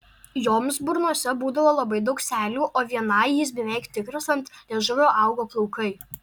joms burnose būdavo labai daug seilių o vienai jis beveik tikras ant liežuvio augo plaukai